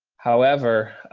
however,